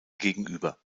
gegenüber